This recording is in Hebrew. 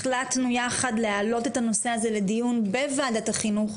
החלטנו יחד להעלות את הנושא הזה לדיון בוועדת החינוך,